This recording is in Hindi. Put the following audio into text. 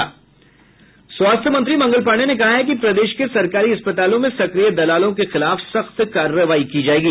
स्वास्थ्य मंत्री मंगल पांडेय ने कहा है कि प्रदेश के सरकारी अस्पतालों में सक्रिय दलालों के खिलाफ सख्त कार्रवाई की जायेगी